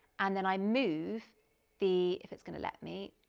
and then i move the, if it's gonna let me,